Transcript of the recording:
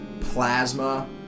plasma